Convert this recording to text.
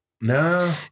no